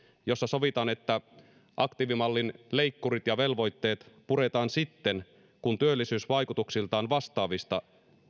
jossa sovitaan että aktiivimallin leikkurit ja velvoitteet puretaan sitten kun työllisyysvaikutuksiltaan vastaavista